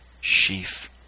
Sheaf